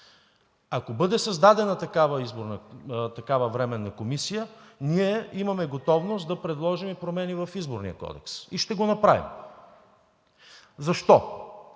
ако бъде създадена такава временна комисия, имаме готовност да предложим и промени в Изборния кодекс, и ще го направим. Защо?